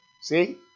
See